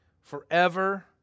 forever